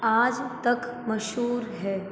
आज तक मशहूर है